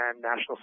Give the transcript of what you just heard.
national